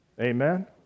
Amen